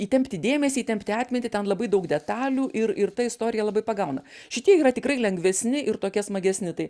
įtempti dėmesį įtempti atmintį ten labai daug detalių ir ir ta istorija labai pagauna šitie yra tikrai lengvesni ir tokie smagesni tai